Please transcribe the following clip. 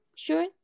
Sure